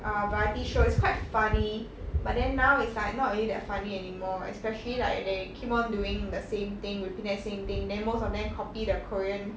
ah variety show is quite funny but then now is like not really that funny anymore especially like they keep on doing the same thing repeat the same thing then most of them copy the korean